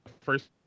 first